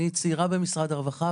אני צעירה במשרד הרווחה,